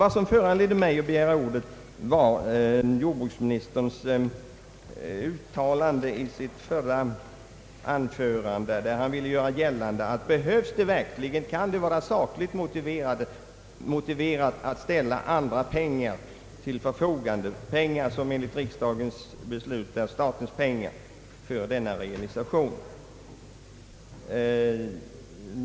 Vad som föranledde mig att begära ordet var jordbruksministerns uttalande i hans förra anförande. Han ville där ifrågasätta om det verkligen var sakligt motiverat att ställa andra pengar till förfogande — pengar som enligt riksdagens beslut är statens pengar — för denna köttrealisation.